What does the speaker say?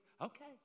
Okay